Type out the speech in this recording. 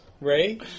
Ray